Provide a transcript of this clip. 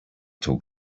talk